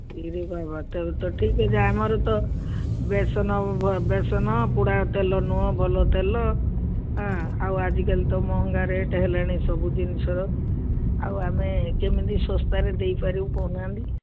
ବିରି ବା ବଟା ହେଉଛି ଠିକ୍ ଅଛି ଆମର ତ ବେସନ ବେସନ ପୋଡ଼ା ତେଲ ନୁହଁ ଭଲ ତେଲ ହଁ ଆଉ ଆଜିକାଲି ତ ମହଙ୍ଗା ରେଟ୍ ହେଲାଣି ସବୁ ଜିନିଷର ଆଉ ଆମେ କେମିତି ଶସ୍ତାରେ ଦେଇପାରିବୁ କହୁନାହାନ୍ତି